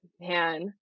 man